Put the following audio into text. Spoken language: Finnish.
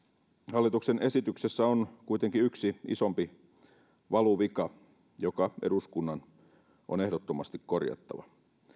hallituksen esityksessä on kuitenkin yksi isompi valuvika joka eduskunnan on ehdottomasti korjattava